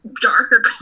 darker